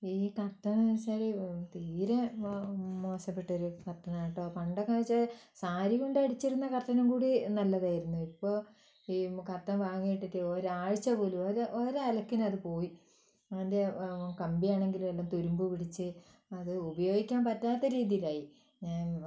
ഈ കർട്ടൻ എന്നു വെച്ചാൽ തീരെ മോശപ്പെട്ടൊരു കർട്ടനാണ് കേട്ടോ പണ്ടൊക്കെ എന്നു വച്ചാൽ സാരി കൊണ്ട് അടിച്ചിരുന്ന കർട്ടനും കൂടി നല്ലതായിരുന്നു ഇപ്പോൾ ഈ കർട്ടൻ വാങ്ങി ഇട്ടിട്ട് ഒരാഴ്ച പോലും ഒരു ഒരു അലക്കിന് അതുപോയി അതിന്റെ കമ്പി ആണെങ്കിലും എല്ലാം തുരുമ്പ് പിടിച്ച് അത് ഉപയോഗിക്കാൻ പറ്റാത്ത രീതിയിലായി ഞാൻ